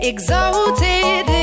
Exalted